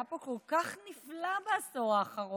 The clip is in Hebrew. היה פה כל כך נפלא בעשור האחרון?